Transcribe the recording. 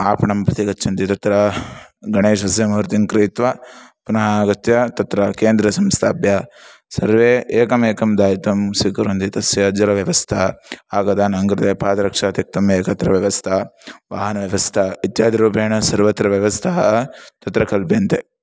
आपणं प्रति गच्छन्ति तत्र गणेशस्य मूर्तिं क्रीत्वा पुनः आगत्य तत्र केन्द्रे संस्थाप्य सर्वे एकमेकं दायित्वं स्वीकुर्वन्ति तस्य जलव्यवस्था आगतानां कृते पादरक्षात्यक्तम् एकत्र व्यवस्था वाहनव्यवस्था इत्यादिरूपेण सर्वत्र व्यवस्थाः तत्र कल्प्यन्ते